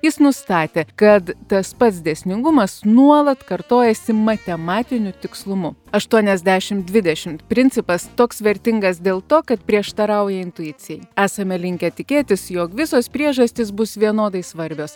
jis nustatė kad tas pats dėsningumas nuolat kartojasi matematiniu tikslumu aštuoniasdešimt dvidešimt principas toks vertingas dėl to kad prieštarauja intuicijai esame linkę tikėtis jog visos priežastys bus vienodai svarbios